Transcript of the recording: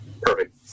perfect